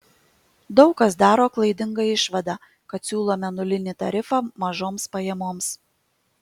daug kas daro klaidingą išvadą kad siūlome nulinį tarifą mažoms pajamoms